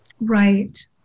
Right